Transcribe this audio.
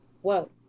whoa